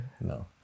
No